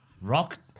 Rock